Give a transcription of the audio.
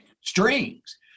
strings